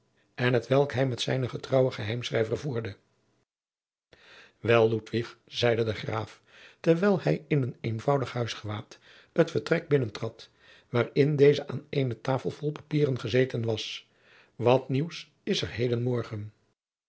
en t welk hij met zijnen getrouwen geheimschrijver voerde wel ludwig zeide de graaf terwijl hij in een eenvoudig huisgewaad het vertrek binnentrad waarin deze aan eene tafel vol papieren gezeten was wat nieuws is er heden morgen